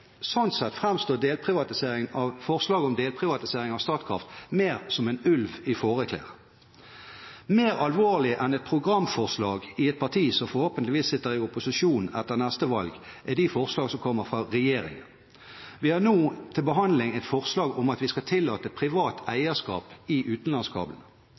sett framstår forslaget om delprivatisering av Statkraft mer som en ulv i fåreklær. Mer alvorlig enn et programforslag i et parti som forhåpentligvis sitter i opposisjon etter neste valg, er de forslag som kommer fra regjeringen. Vi har nå til behandling et forslag om at vi skal tillate privat eierskap i